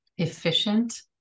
efficient